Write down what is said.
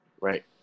right